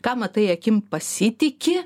ką matai akim pasitiki